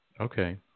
Okay